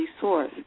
source